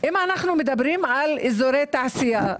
אם אנו מבדרים על אזורי תעשייה,